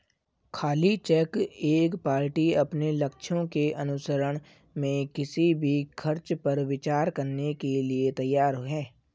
खाली चेक एक पार्टी अपने लक्ष्यों के अनुसरण में किसी भी खर्च पर विचार करने के लिए तैयार है